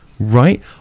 Right